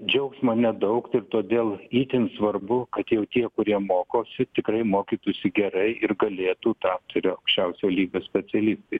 džiaugsmo nedaug ir todėl itin svarbu kad jau tie kurie mokosi tikrai mokytųsi gerai ir galėtų tapti ir aukščiausio lygio specialistais